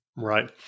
Right